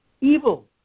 evil